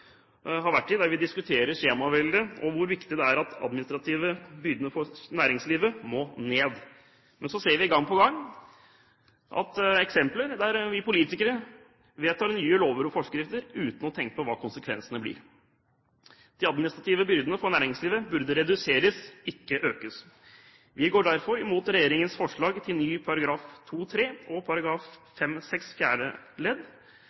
har vært i der vi har diskutert skjemaveldet og hvor viktig det er at de administrative byrdene for næringslivet må ned. Men så ser vi gang på gang eksempler på at vi politikere vedtar nye lover og forskrifter uten å tenke på hva konsekvensene blir. De administrative byrdene for næringslivet burde reduseres, ikke økes. Vi går derfor imot regjeringens forslag til ny § 2-3 og § 5-6 fjerde ledd